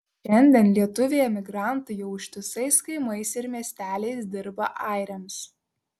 šiandien lietuviai emigrantai jau ištisais kaimais ir miesteliais dirba airiams